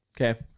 Okay